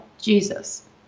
Jesus